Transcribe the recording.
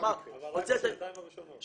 כלומר הוצאתם --- אבל רק בשנתיים הראשונות.